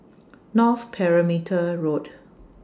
North Perimeter Road